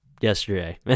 yesterday